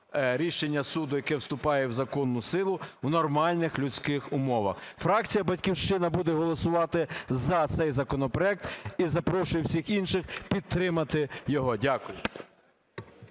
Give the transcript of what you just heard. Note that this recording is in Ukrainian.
рішення суду, яке вступає в законну силу, в нормальних людських умовах. Фракція "Батьківщина" буде голосувати за цей законопроект і запрошую всіх інших підтримати його. Дякую.